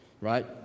right